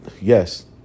Yes